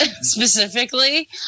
specifically